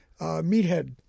Meathead